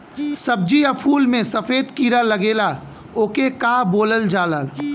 सब्ज़ी या फुल में सफेद कीड़ा लगेला ओके का बोलल जाला?